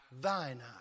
thine